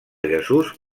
jesús